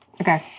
Okay